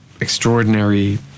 extraordinary